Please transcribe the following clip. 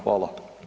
Hvala.